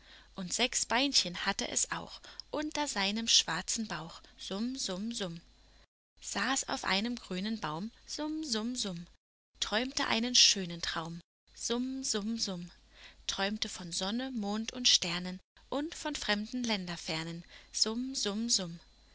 und sechs beinchen hatte es auch unter seinem schwarz weißen bauch summ summ summ saß auf einem grünen baum summ summ summ träumte einen schönen traum summ summ summ träumte von sonne mond und sternen und von fremden länderfernen summ summ summ